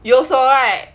you also right